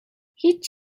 هیچ